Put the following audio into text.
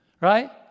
right